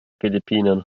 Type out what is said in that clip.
philippinen